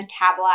metabolize